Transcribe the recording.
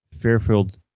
Fairfield